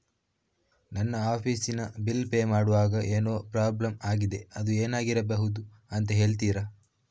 ನನ್ನ ಆಫೀಸ್ ನ bill pay ಮಾಡ್ವಾಗ ಏನೋ ಪ್ರಾಬ್ಲಮ್ ಆಗಿದೆ ಅದು ಏನಿರಬಹುದು ಅಂತ ಹೇಳ್ತೀರಾ?